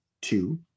two